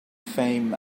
fame